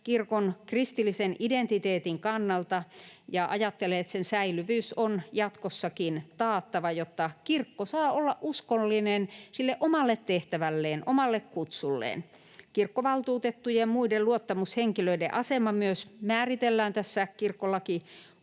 kirkon kristillisen identiteetin kannalta, ja ajattelen, että sen säilyvyys on jatkossakin taattava, jotta kirkko saa olla uskollinen sille omalle tehtävälleen, omalle kutsulleen. Kirkkovaltuutettujen ja muiden luottamushenkilöiden asema myös määritellään tässä